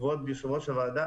כבוד יושב-ראש הוועדה,